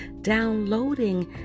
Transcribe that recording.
downloading